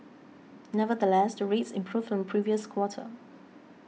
nevertheless the rates improved from previous quarter